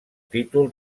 títol